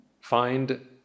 find